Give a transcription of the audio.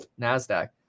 NASDAQ